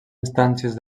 instàncies